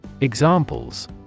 Examples